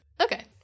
Okay